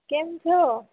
કેમ છો